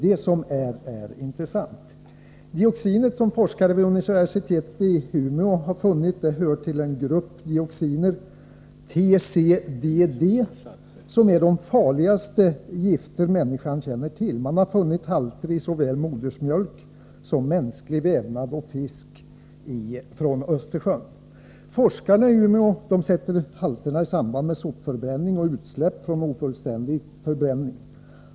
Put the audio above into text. Det dioxin som forskare vid universitetet i Umeå funnit hör till en grupp dioxiner, TCDD, som är de farligaste gifter människan känner till. Man har funnit halter i såväl modersmjölk som mänsklig vävnad och även i fisk från Östersjön. Forskarna i Umeå sätter halterna i samband med sopförbränning och utsläpp från ofullständig förbränning.